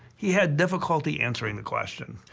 he had difficulty answering the question.